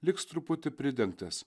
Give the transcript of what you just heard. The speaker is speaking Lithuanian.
liks truputį pridengtas